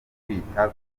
kwita